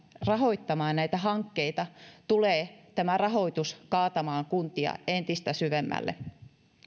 rahoittamaan näitä hankkeita tulee tämä rahoitus kaatamaan kuntia entistä syvemmälle